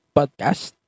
podcast